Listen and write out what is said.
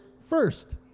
first